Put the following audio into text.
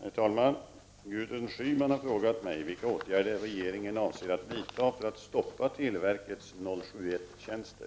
Herr talman! Gudrun Schyman har frågat mig vilka åtgärder regeringen avser att vidta för att stoppa televerkets 071-tjänster.